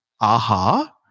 aha